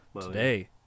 Today